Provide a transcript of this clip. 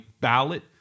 ballot